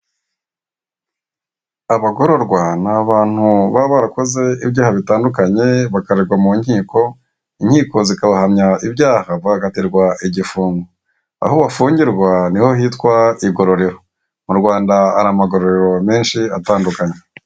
Abagororwa ni abantu baba barakoze ibyaha bitandukanye, bakaregwa mu nkiko, inkiko zikabahamya ibyaha bagakatirwa igifungo, aho bafungirwa niho hitwa igororero, mu Rwanda hari amagororero menshi atandukanye.